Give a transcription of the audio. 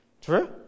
True